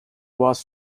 was